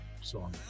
song